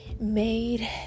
Made